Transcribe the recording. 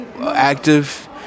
active